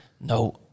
no